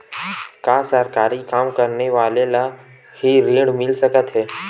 का सरकारी काम करने वाले ल हि ऋण मिल सकथे?